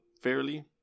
fairly